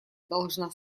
должна